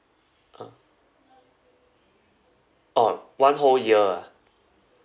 uh orh one whole year ah